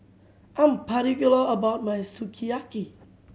I'm particular about my Sukiyaki